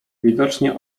widocznie